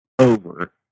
Over